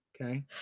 Okay